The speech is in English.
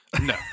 no